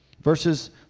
Verses